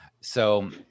So-